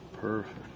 Perfect